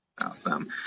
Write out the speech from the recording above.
awesome